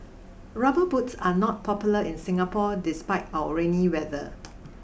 rubber boots are not popular in Singapore despite our rainy weather